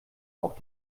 auch